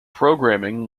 programming